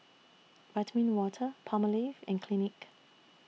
Vitamin Water Palmolive and Clinique